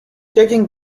taking